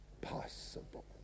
possible